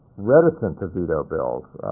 reticent to veto bills.